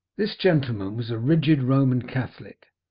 this gentleman was a rigid roman catholic,